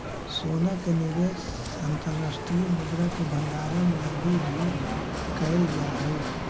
सोना के निवेश अंतर्राष्ट्रीय मुद्रा के भंडारण लगी भी कैल जा हई